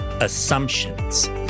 assumptions